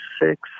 six